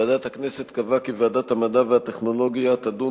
ועדת הכנסת קבעה כי ועדת המדע והטכנולוגיה תדון